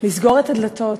לסגור את הדלתות,